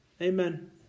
Amen